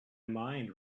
mind